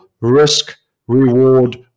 risk-reward